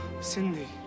Cindy